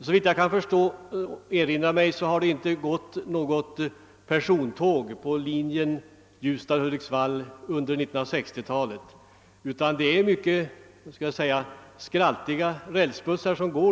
Såvitt jag kan erinra mig har inte under 1960-talet något persontåg trafikerat linjen Ljusdal —Hudiksvall, utan där har det endast gått mycket skraltiga rälsbussar.